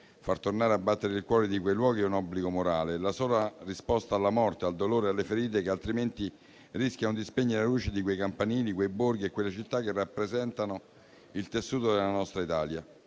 far tornare a battere il cuore di quei luoghi è un obbligo morale: è la sola risposta alla morte, al dolore e alle ferite che altrimenti rischiano di spegnere le luci di quei campanili, di quei borghi e di quelle città che rappresentano il tessuto della nostra Italia.